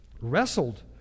wrestled